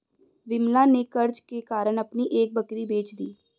विमला ने कर्ज के कारण अपनी एक बकरी बेच दी